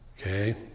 Okay